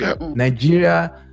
Nigeria